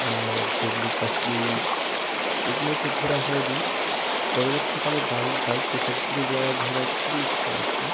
আর জম্মু কাশ্মীর এগুলোতে ঘোরা হয়নি পরবর্তীকালে বাইকে এসবগুলো জায়গা ঘোরার খুব ইচ্ছে আছে